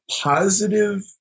positive